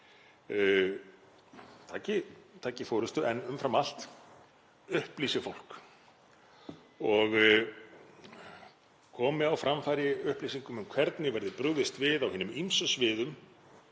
taki forystu en umfram allt upplýsi fólk og komi á framfæri upplýsingum um hvernig verði brugðist við á hinum ýmsu sviðum